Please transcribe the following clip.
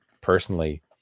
personally